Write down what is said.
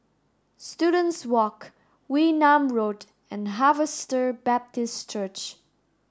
Students Walk Wee Nam Road and Harvester Baptist Church